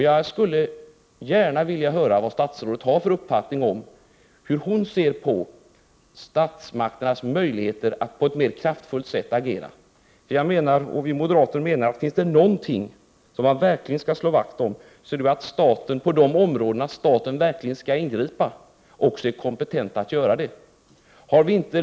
Jag skulle gärna vilja höra hur statsrådet ser på statsmakternas möjligheter att på ett mera kraftfullt sätt agera. Vi moderater menar att finns det någonting som man skall slå vakt om, så är det att staten på de områden där staten verkligen skall ingripa också är kompetent att göra det.